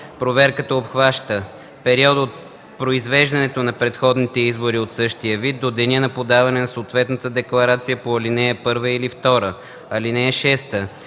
Проверката обхваща периода от произвеждането на предходните избори от същия вид до деня на подаване на съответната декларация по ал. 1 или 2. (6)